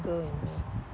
in me